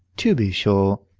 to be sure,